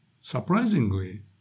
Surprisingly